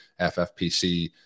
FFPC